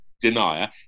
denier